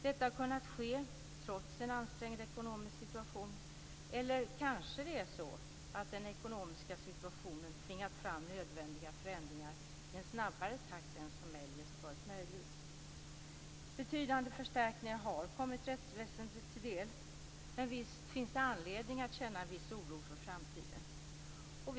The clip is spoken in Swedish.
Detta har kunnat ske trots en ansträngd ekonomisk situation, eller kanske är det så att den ekonomiska situationen har tvingat fram nödvändiga förändringar i en snabbare takt än som eljest varit möjligt. Betydande förstärkningar har kommit rättsväsendet till del, men visst finns det anledning att känna en viss oro för framtiden.